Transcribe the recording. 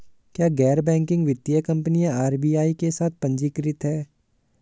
क्या गैर बैंकिंग वित्तीय कंपनियां आर.बी.आई के साथ पंजीकृत हैं?